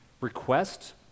request